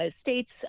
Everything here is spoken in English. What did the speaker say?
states